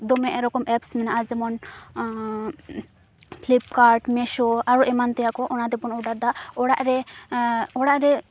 ᱫᱚᱢᱮ ᱮᱨᱚᱠᱚᱢ ᱮᱯᱥ ᱢᱮᱱᱟᱜᱼᱟ ᱡᱮᱢᱚᱱ ᱯᱷᱞᱤᱯᱠᱟᱨᱰ ᱢᱮᱥᱳ ᱟᱨᱚ ᱮᱢᱟᱱ ᱛᱮᱭᱟᱜ ᱠᱚ ᱚᱱᱟᱛᱮᱵᱚᱱ ᱚᱰᱟᱨ ᱮᱫᱟ ᱚᱲᱟᱜ ᱨᱮ ᱚᱲᱟᱜ ᱨᱮ